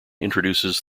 introduces